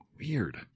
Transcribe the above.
weird